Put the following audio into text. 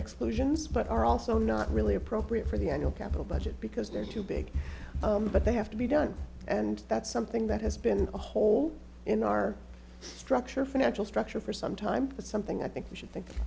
exclusions but are also not really appropriate for the annual capital budget because they're too big but they have to be done and that's something that has been a hole in our structure financial structure for some time but something i think we should think